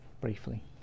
briefly